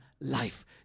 life